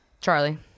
Charlie